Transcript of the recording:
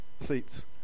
seats